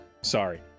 Sorry